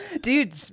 Dude